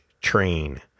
Train